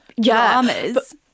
dramas